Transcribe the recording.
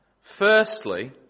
Firstly